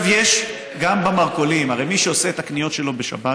גם במרכולים, הרי מי שעושה את הקניות שלו בשבת,